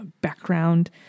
background